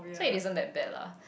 so it isn't that bad lah